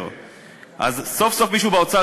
מגיע לאוצר מחמאות על כך שסוף-סוף מישהו במדינה